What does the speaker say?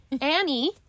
annie